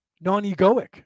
non-egoic